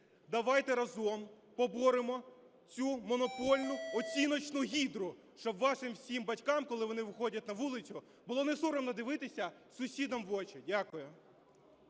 давайте разом поборемо цю монопольну оціночну гідру, щоб вашим всім батькам, коли вони виходять на вулицю, було не соромно дивитися сусідам в очі. Дякую.